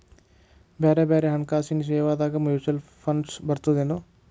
ಬ್ಯಾರೆ ಬ್ಯಾರೆ ಹಣ್ಕಾಸಿನ್ ಸೇವಾದಾಗ ಮ್ಯುಚುವಲ್ ಫಂಡ್ಸ್ ಬರ್ತದೇನು?